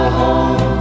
home